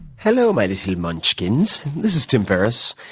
hello, my little munchkins. this is tim ferriss,